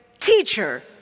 Teacher